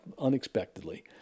unexpectedly